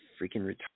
freaking